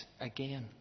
again